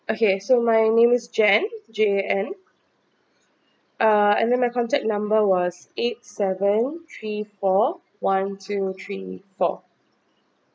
okay so my name is jan J A N uh and then my contact number was eight seven three four one two three four